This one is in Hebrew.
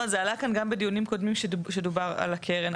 אני אומרת שזה עלה כאן גם בדיונים קודמים כשדובר על הקרן,